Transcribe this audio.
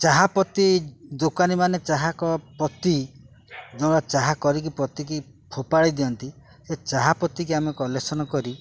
ଚାହା ପତି ଦୋକାନୀ ମାନେ ଚାହା କରିକି ପତି ଯୋଉ ଚାହା କରିକି ପତିକି ଫୋପାଡ଼ି ଦିଅନ୍ତି ସେ ଚାହା ପତିକି ଆମେ କଲେକ୍ସନ କରି